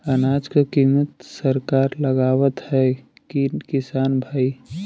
अनाज क कीमत सरकार लगावत हैं कि किसान भाई?